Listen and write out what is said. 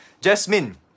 Jasmine